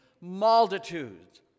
multitudes